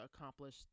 accomplish